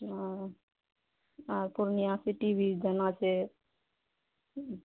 ओ आ पूर्णिया सिटी भी जाना छै